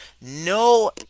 no